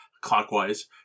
clockwise